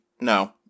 No